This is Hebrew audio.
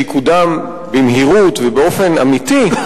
שיקודם במהירות ובאופן אמיתי,